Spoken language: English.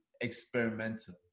experimental